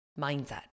mindset